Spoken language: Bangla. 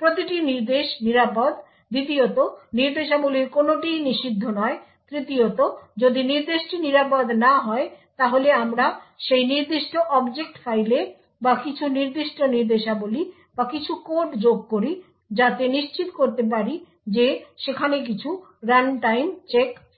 প্রতিটি নির্দেশ নিরাপদ দ্বিতীয়ত নির্দেশাবলীর কোনোটিই নিষিদ্ধ নয় তৃতীয় যদি নির্দেশটি নিরাপদ না হয় তাহলে আমরা সেই নির্দিষ্ট অবজেক্ট ফাইলে বা কিছু নির্দিষ্ট নির্দেশাবলী বা কিছু কোড যোগ করি যাতে নিশ্চিত করতে পারি যে সেখানে কিছু রানটাইম চেক আছে